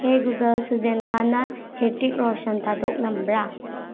ꯍꯦ ꯒꯨꯒꯜ ꯁꯨꯖꯦꯟ ꯈꯥꯟꯅ ꯍꯤꯔꯇꯤꯛ ꯔꯣꯁꯟ ꯊꯥꯗꯣꯛꯂꯝꯕ꯭ꯔꯥ